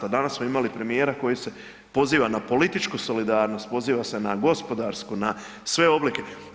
A danas smo imali premijera koji se poziva na političku solidarnost, poziva se na gospodarsku, na sve oblike.